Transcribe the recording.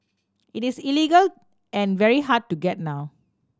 it is illegal and very hard to get now